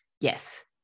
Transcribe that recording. Yes